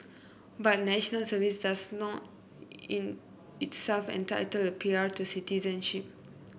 but National Services not in itself entitle a P R to citizenship